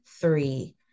three